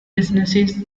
businesses